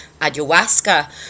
Ayahuasca